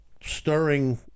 stirring